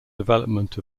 development